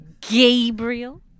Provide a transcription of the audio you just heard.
gabriel